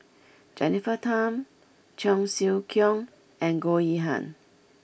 Jennifer Tham Cheong Siew Keong and Goh Yihan